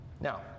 Now